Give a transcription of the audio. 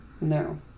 no